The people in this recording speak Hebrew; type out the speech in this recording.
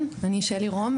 אני שלי רום,